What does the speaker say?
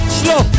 slow